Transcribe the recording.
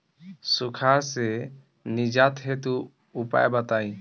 सुखार से निजात हेतु उपाय बताई?